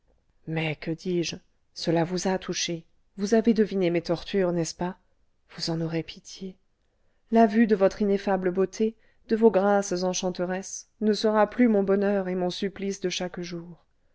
mais que dis-je cela vous a touchée vous avez deviné mes tortures n'est-ce pas vous en aurez pitié la vue de votre ineffable beauté de vos grâces enchanteresses ne sera plus mon bonheur et mon supplice de chaque jour